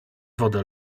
wodę